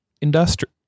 Industry